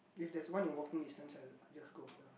if there is one in walking distance I'll I'll just go here